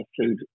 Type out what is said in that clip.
food